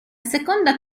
seconda